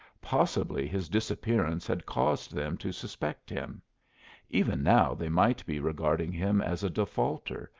possibly his disappearance had caused them to suspect him even now they might be regarding him as a defaulter,